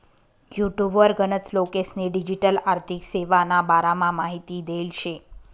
युटुबवर गनच लोकेस्नी डिजीटल आर्थिक सेवाना बारामा माहिती देल शे